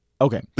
Okay